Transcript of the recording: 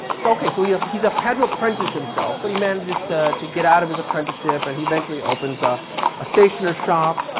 so okay, so yeah he's had to apprentice himself, but he manages to to get out of his apprenticeship and he eventually opens ah a stationer's shop.